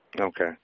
Okay